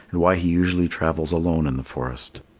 and why he usually travels alone in the forest.